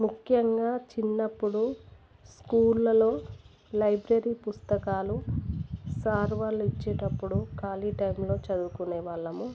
ముఖ్యంగా చిన్నప్పుడు స్కూల్లలో లైబ్రరీ పుస్తకాలు సార్ వాళ్ళు ఇచ్చేటప్పుడు ఖాళీ టైంలో చదువుకునేవాళ్ళము